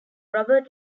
robert